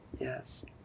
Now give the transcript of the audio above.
Yes